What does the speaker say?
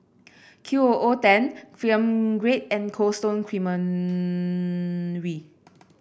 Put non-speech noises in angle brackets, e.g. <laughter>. Qooten Film Grade and Cold Stone Creamery <noise>